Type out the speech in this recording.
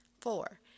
four